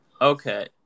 Okay